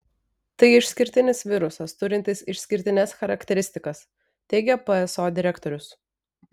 tai išskirtinis virusas turintis išskirtines charakteristikas teigia pso direktorius